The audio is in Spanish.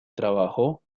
trabajó